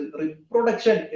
reproduction